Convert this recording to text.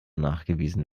nachgewiesen